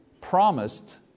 promised